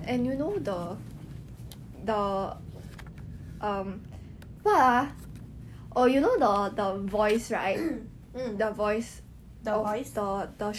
I don't know but lawrence wong right is 最明显的 different cause lawrence wong 没有中国 accent what his is singaporean accent